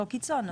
לא קיצון,